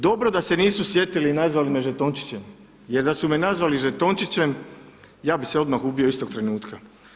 Dobro da se nisu sjetili i nazvali me žetončićem, jer da su me nazvali žetončićem ja bi se odmah ubio istog trenutka.